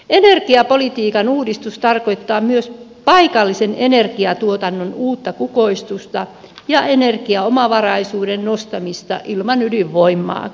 energiapolitiikan uudistus tarkoittaa myös paikallisen energiatuotannon uutta kukoistusta ja energiaomavaraisuuden nostamista ilman ydinvoimaakin